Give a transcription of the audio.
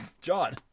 john